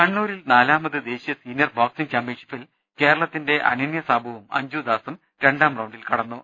കണ്ണൂരിൽ നാലാമത് ദേശീയ സീനിയർ ബോക്സിങ്ങ് ചാമ്പ്യൻഷിപ്പിൽ കേരളത്തിന്റെ അനന്യ സാബുവും അഞ്ജു ദാസും രണ്ടാം റൌണ്ടിൽ കടന്നു